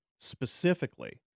specifically